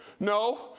No